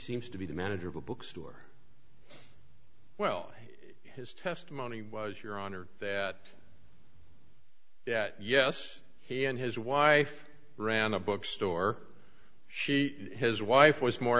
seems to be the manager of a bookstore well his testimony was your honor that that yes he and his wife ran a bookstore she his wife was more